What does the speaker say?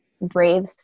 brave